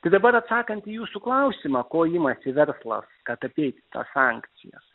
tai dabar atsakant į jūsų klausimą ko imasi verslas kad apeit sankcijas